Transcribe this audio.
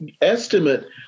estimate